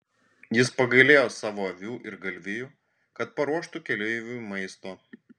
jis pagailėjo savo avių ir galvijų kad paruoštų keleiviui maisto